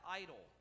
idol